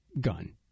gun